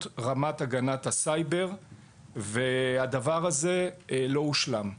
רמת הגנת הסייבר והדבר הזה לא הושלם.